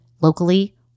locally